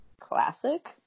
classic